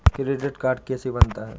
Credit card कैसे बनता है?